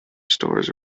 stores